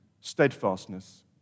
steadfastness